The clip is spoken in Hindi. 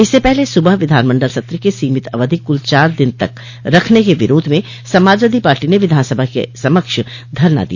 इससे पहले सुबह विधानमंडल सत्र के सीमित अवधि कुल चार दिन तक रखने के विरोध में समाजवादी पार्टी ने विधानसभा के समक्ष धरना दिया